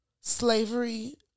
slavery